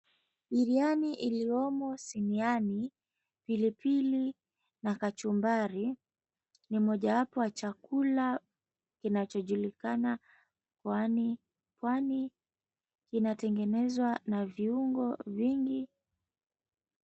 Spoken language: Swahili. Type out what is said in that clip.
Biriani iliyomo siniani, pilipili na kachumbari, ni mojawapo ya chakula kinachojulikana Pwani, kwani kinatengenezwa na viungo vingi.